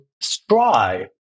strive